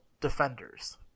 defenders